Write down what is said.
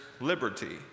liberty